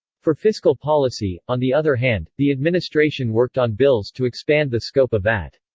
for fiscal policy, on the other hand, the administration worked on bills to expand the scope of vat.